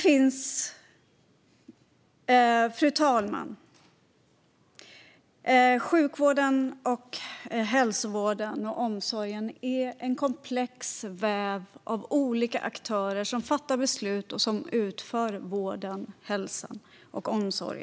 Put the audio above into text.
Fru talman! Sjukvården, hälsovården och omsorgen är en komplex väv av olika aktörer som fattar beslut och som utför denna sjukvård, hälsovård och omsorg.